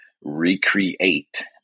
recreate